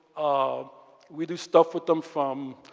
um we do stuff with them from